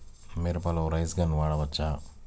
మిరపలో rain gun వాడవచ్చా?